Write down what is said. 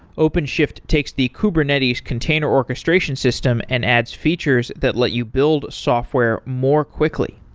openshift takes the kubernetes container orchestration system and adds features that let you build software more quickly.